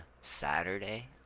Saturday